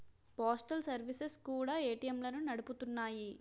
postal services కూడా ఏటీఎంలను నడుపుతున్నాయి